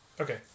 Okay